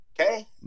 Okay